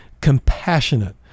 compassionate